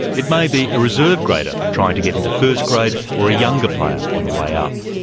it may be a reserve grader trying to get into first grade or younger player on the way up.